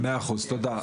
מאה אחוז, תודה.